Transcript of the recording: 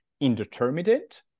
indeterminate